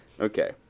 okay